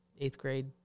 eighth-grade